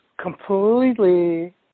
completely